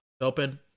open